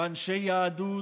ואנשי יהדות,